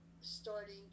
starting